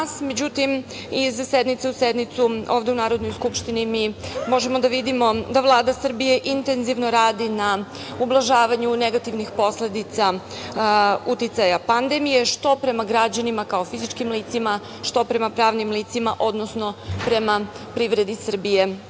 Međutim, iz sednice u sednicu ovde u Narodnoj skupštini mi možemo da vidimo da Vlada Srbije intenzivno radi na ublažavanju negativnih posledica uticaja pandemije, što prema građanima kao fizičkim licima, što prema pravnim licima, odnosno prema privredi Srbije